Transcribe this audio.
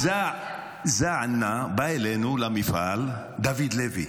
זא ענא, בא אלינו למפעל דוד לוי.